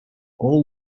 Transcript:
all